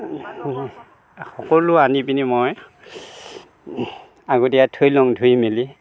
সকলো আনি পিনে মই আগতীয়া থৈ লওঁ ধুই মেলি